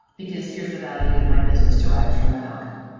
because here's the value that my business derives from that outcome.